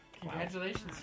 Congratulations